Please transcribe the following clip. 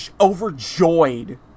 overjoyed